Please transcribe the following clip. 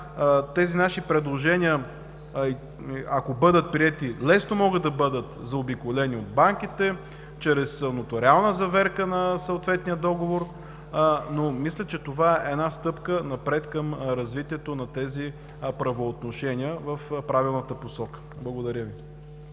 тези наши предложения, ако бъдат приети, лесно могат да бъдат заобиколени от банките чрез нотариална заверка на съответния договор, но мисля, че това е стъпка напред към развитието на тези правоотношения в правилната посока. Благодаря Ви.